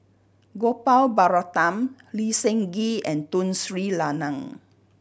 Gopal Baratham Lee Seng Gee and Tun Sri Lanang